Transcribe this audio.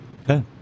Okay